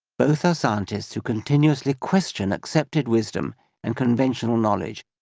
both are scientists who continuously question accepted wisdom and conventional knowledge,